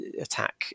attack